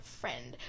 friend